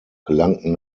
gelangten